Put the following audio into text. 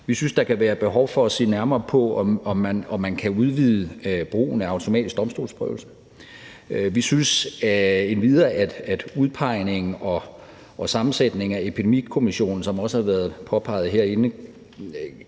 Vi synes, at der kan være behov for at se nærmere på, om man kan udvide brugen af automatisk domstolsprøvelse. Vi synes endvidere, at man også i forhold til udpegningen og sammensætningen af Epidemikommissionen, som det også har været påpeget herinde,